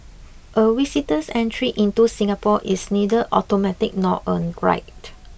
a visitor's entry into Singapore is neither automatic nor a right